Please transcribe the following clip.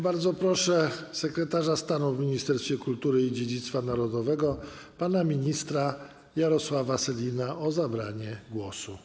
Bardzo proszę sekretarza stanu w Ministerstwie Kultury i Dziedzictwa Narodowego pana ministra Jarosława Sellina o zabranie głosu.